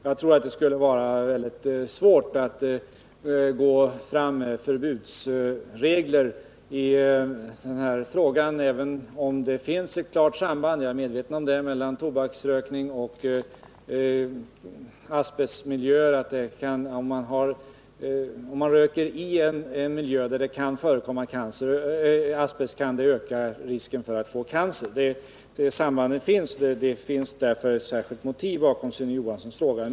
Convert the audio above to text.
Jag tror det skulle vara mycket svårt att gå fram med förbudsregler i denna fråga, även om det finns ett klart samband — jag är medveten om det — mellan tobaksrökning och asbestmiljöer. Om man röker i en miljö där det kan förekomma asbest ökar risken för cancer. Det sambandet finns, och därför har Erik Johansson ett särskilt motiv bakom sin fråga.